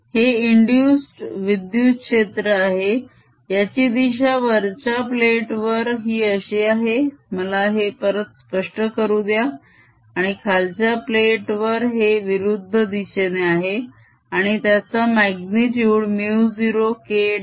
हे इंदुस्ड विद्युत क्षेत्र आहे याची दिशा वरच्या प्लेट वर ही अशी आहे मला हे परत स्पष्ट करुद्या आणि खालच्या प्लेट वर हे विरुद्ध दिशेने आहे आणि त्याचा माग्नितुड μ0K